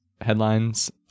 headlines